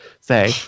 say